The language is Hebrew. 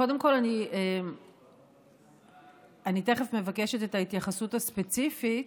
קודם כול, אני תכף מבקשת את ההתייחסות הספציפית,